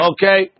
Okay